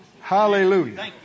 Hallelujah